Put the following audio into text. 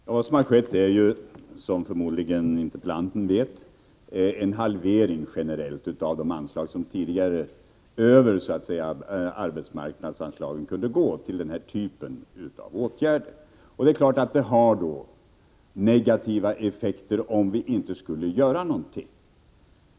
Fru talman! Vad som skett är, som förmodligen interpellanten vet, en halvering generellt av de anslag som tidigare över arbetsmarknadsanslagen kunde gå till den här typen av åtgärder. Det är klart att detta får negativa effekter om vi inte skulle göra någonting.